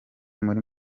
muri